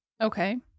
Okay